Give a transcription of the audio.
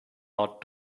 art